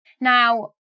Now